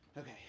Okay